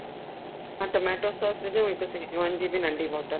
हा tomato sauce विझो हिकु शेजवान जी बि नंढी बोटल